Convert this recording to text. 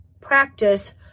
practice